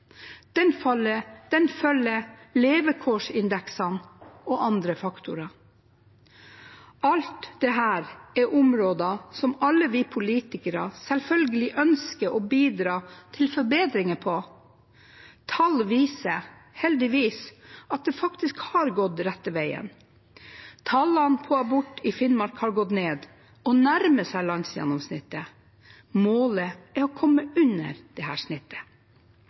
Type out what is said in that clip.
Den følger levekårsindeksene og andre faktorer. Alt dette er områder hvor alle vi politikere selvfølgelig ønsker å bidra til forbedringer. Tall viser, heldigvis, at det faktisk har gått rette veien. Tallene på abort i Finnmark har gått ned og nærmer seg landsgjennomsnittet. Målet er å komme under dette snittet. Hvordan skal vi nå det?